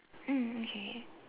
mm okay